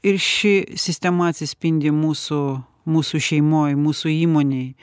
ir ši sistema atsispindi mūsų mūsų šeimoj mūsų įmonėj